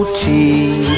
tea